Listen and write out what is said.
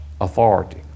authority